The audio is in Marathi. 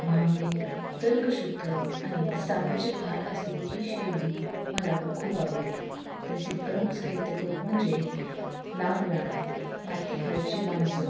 भावनेिक तर्कशुद्ध आणि सामाजिक भान असलेली ही शैली मला खूप आवडते त्यांचे प्रमुख साहित्यकृत म्हणजे नागरा मातीखालची माणसं